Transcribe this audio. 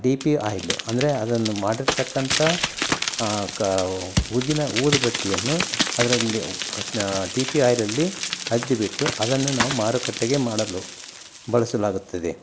D P oil ಅಂದರೆ ಅದನ್ನು ಮಾಡಿರತಕ್ಕಂಥ ಕಾ ಊದಿನ ಊದುಬತ್ತಿಯನ್ನು ಅದರಲ್ಲಿ ಡಿ ಪಿ ಆಯ್ಲಲ್ಲಿ ಅದ್ದಿಬಿಟ್ಟು ಅದನ್ನು ನಾವು ಮಾರುಕಟ್ಟೆ ಮಾಡಲು ಬಳಸಲಾಗುತ್ತದೆ